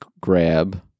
grab